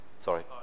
Sorry